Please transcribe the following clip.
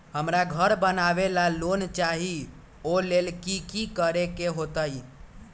हमरा घर बनाबे ला लोन चाहि ओ लेल की की करे के होतई?